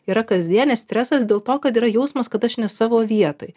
yra kasdienis stresas dėl to kad yra jausmas kad aš ne savo vietoj